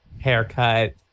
haircut